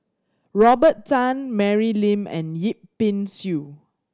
Robert Tan Mary Lim and Yip Pin Xiu